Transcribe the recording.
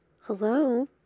Hello